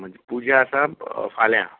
म्हणजे पुजा आसा फाल्यां